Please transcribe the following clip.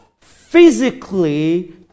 physically